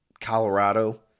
Colorado